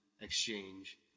exchange